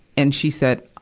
and she said,